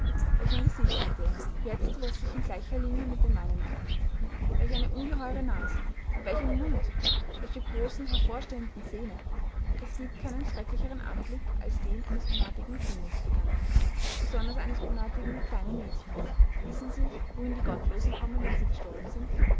welch ein gesicht hatte er jetzt wo es sich in gleicher linie mit dem meinen befand welch eine ungeheure nase und welch ein mund welche großen hervorstehenden zähne es giebt keinen schrecklicheren anblick als den eines unartigen kindes begann er besonders eines unartigen kleinen mädchens wissen sie wohin die gottlosen kommen wenn sie gestorben sind